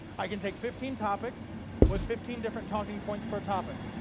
i can take fifteen topics with, fifteen different talking points per topic.